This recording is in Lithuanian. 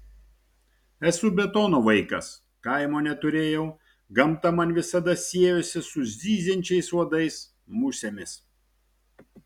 esu betono vaikas kaimo neturėjau gamta man visada siejosi su zyziančiais uodais musėmis